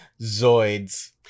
Zoids